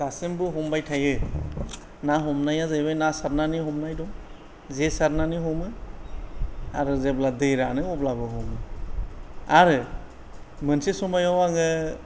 दासिमबो हमबाय थायो ना हमनाया जाहैबाय ना सारनानै हमनाय दं जे सारनानै हमो आरो जेब्ला दै रानो अब्लाबो हमो आरो मोनसे समायाव आङो